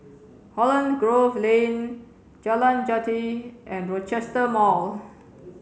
Holland Grove Lane Jalan Jati and Rochester Mall